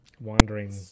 wandering